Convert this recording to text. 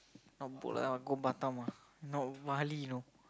not boat lah I want go Batam ah not Bali know